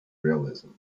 realism